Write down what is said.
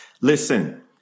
Listen